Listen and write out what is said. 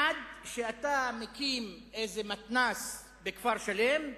עד שאתה מקים איזה מתנ"ס בכפר-שלם,